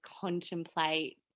contemplate